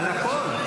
על הכול.